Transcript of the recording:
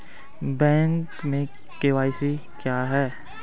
Bank में KYC क्या है?